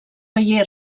veié